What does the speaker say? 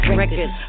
records